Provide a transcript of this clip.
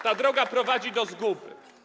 Ta droga prowadzi do zguby.